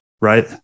right